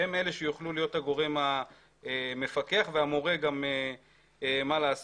שהם יהיו הגורם המפקח ומורה מה לעשות.